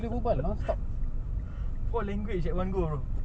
four language at one go bro